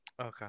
Okay